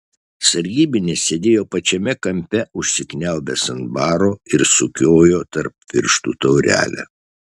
sargybinis sėdėjo pačiame kampe užsikniaubęs ant baro ir sukiojo tarp pirštų taurelę